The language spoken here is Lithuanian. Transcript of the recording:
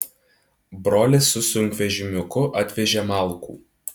brolis su sunkvežimiuku atvežė malkų